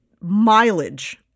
mileage